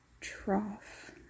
trough